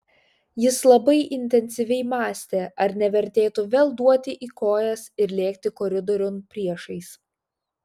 jis labai intensyviai mąstė ar nevertėtų vėl duoti į kojas ir lėkti koridoriun priešais